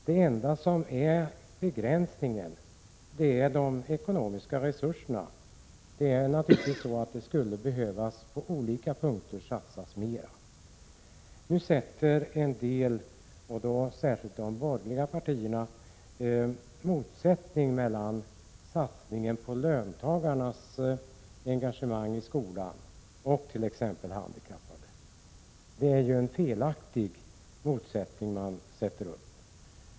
Den enda begränsningen ligger i de ekonomiska resurserna. På olika punkter skulle det naturligtvis behöva satsas mera. Nu menar särskilt de borgerliga att det finns en motsättning mellan satsningen på löntagarnas engagemang i skolan och satsningen på t.ex. handikappade. Detta är ju ett felaktigt resonemang.